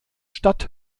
statt